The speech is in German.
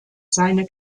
seine